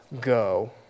go